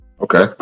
Okay